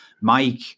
Mike